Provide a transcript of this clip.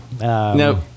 Nope